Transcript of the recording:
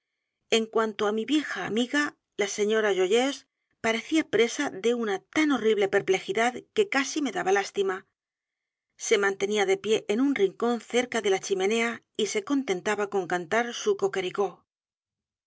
en cuanto á mi vieja amiga la señora joyeuse parecía presa de una tan horrible perplejidad que casi me daba lástima se mantenía de pie en un rincón cerca de la chimenea y se contentaba con cantar su